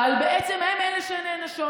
אבל בעצם הן אלה שנענשות.